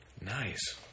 Nice